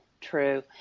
true